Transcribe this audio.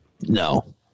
No